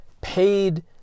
paid